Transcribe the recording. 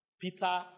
Peter